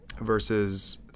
Versus